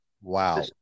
Wow